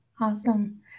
awesome